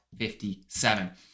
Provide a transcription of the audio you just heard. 57